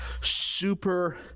super